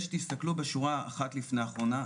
תסתכלו בשורה אחת לפני אחרונה,